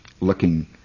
looking